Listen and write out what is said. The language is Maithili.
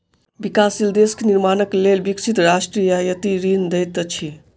विकासशील देश के निर्माणक लेल विकसित राष्ट्र रियायती ऋण दैत अछि